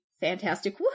fantastic